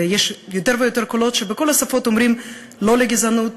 ויש יותר ויותר קולות שבכל השפות אומרים "לא לגזענות",